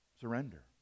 Surrender